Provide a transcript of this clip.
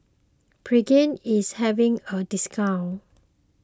Pregain is having a discount